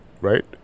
right